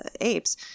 apes